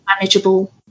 manageable